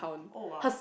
oh !wow!